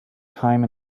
time